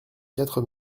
quatre